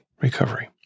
recovery